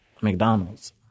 McDonald's